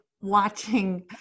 watching